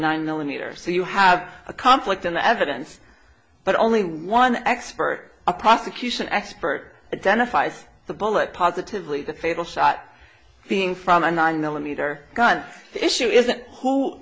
nine millimeter so you have a conflict in the evidence but only one expert a prosecution expert identifies the bullet positively the fatal shot being from a nine millimeter gun issue is that who